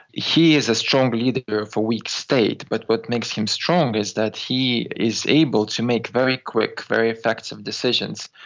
he is a strong leader of a weak state, but what makes him strong is that he is able to make very quick, very effective decisions,